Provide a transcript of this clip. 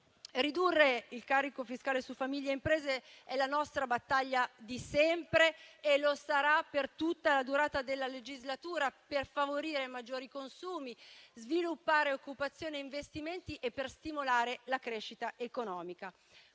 Ridurre il carico fiscale su famiglie e imprese è la nostra battaglia di sempre e lo sarà per tutta la durata della legislatura per favorire maggiori consumi, sviluppare occupazione e investimenti e per stimolare la crescita economica.